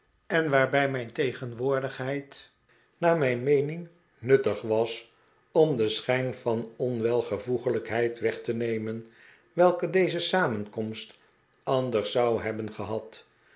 en waarbij mijn tegenwoordigheid naar mijn meening nuttig was om den schijn van onwelvoeglijkheid weg te nemen welke deze samenkomst anders zou hebben gehad